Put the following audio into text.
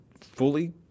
fully